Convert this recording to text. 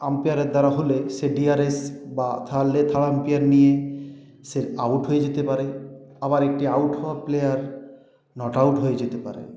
আম্পায়ারের দ্বারা হলে সে ডিআরএস বা থার্ড আম্পায়ার নিয়ে সে আউট হয়ে যেতে পারে আবার একটি আউট হওয়া প্লেয়ার নট আউট হয়ে যেতে পারেন